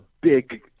big